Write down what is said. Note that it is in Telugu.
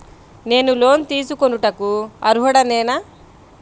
నేను లోన్ తీసుకొనుటకు అర్హుడనేన?